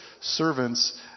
servants